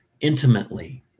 intimately